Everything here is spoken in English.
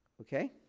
Okay